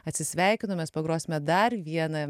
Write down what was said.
atsisveikinom mes pagrosime dar vieną